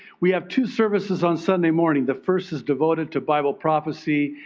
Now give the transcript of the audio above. we have two services on sunday morning. the first is devoted to bible prophecy.